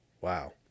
Wow